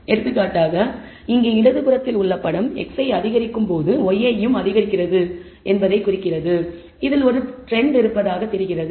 எடுத்துக்காட்டாக இங்கே இடதுபுறத்தில் உள்ள படம் xi அதிகரிக்கும் போது yi அதிகரிக்கிறது என்பதைக் குறிக்கிறது இதில் ஒரு ட்ரெண்ட் இருப்பதாகத் தெரிகிறது